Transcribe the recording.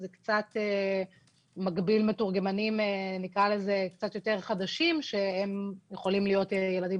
זה מגביל מתורגמנים חדשים יותר שהם יכולים להיות ילדים